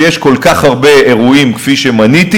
כשיש כל כך הרבה אירועים כפי שמניתי,